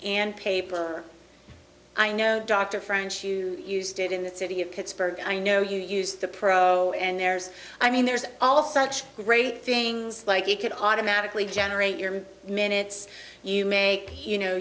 and paper i know dr french you used it in the city of pittsburgh i know you use the pro and there's i mean there's all such great things like you could automatically generate your minutes you may you know